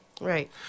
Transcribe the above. Right